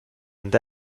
بنده